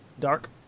dark